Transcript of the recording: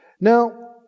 Now